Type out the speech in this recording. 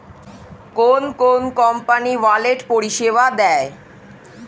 কোন কোন company wallet পরিষেবা দেয়?